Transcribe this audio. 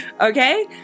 Okay